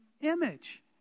image